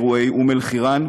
אירועי אום-אלחיראן,